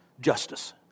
justice